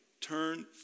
Turn